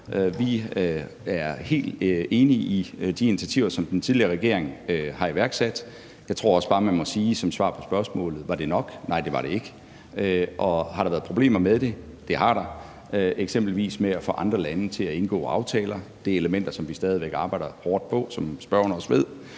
vi er helt enige i de initiativer, som den tidligere regering har iværksat. Jeg tror også bare, at man må sige som svar på spørgsmålet, om det var nok, at nej, det var det ikke. Og har der været problemer med det? Det har der, eksempelvis med at få andre lande til at indgå aftaler. Det er elementer, som vi stadig væk arbejder hårdt på, som spørgeren også ved,